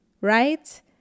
Right